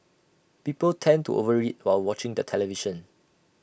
people tend to over eat while watching the television